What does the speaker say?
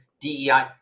DEI